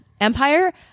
Empire